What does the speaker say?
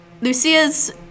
Lucia's